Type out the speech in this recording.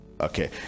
okay